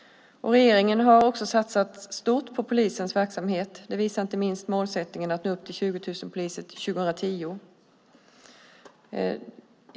Regeringen har också satsat stort på polisens verksamhet. Det visar inte minst målsättningen att nå upp till 20 000 poliser till år 2010.